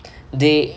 they